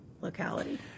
locality